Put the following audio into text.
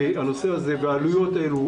שהעלויות האלה,